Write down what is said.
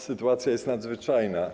Sytuacja jest nadzwyczajna.